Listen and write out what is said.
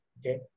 Okay